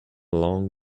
long